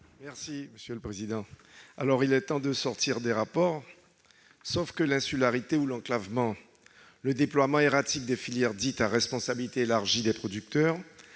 parole est à M. Antoine Karam. Il est temps de sortir des rapports ... sauf que l'insularité ou l'enclavement, le déploiement erratique des filières dites à responsabilité élargie des producteurs,